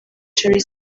century